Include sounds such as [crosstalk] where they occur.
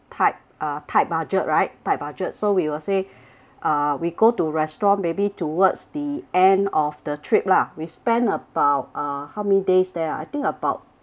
tight uh tight budget right tight budget so we were say [breath] uh we go to restaurant maybe towards the end of the trip lah we spend about uh how many days there ah I think about